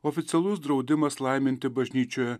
oficialus draudimas laiminti bažnyčioje